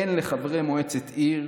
אין לחברי מועצת עיר